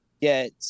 get